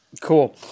Cool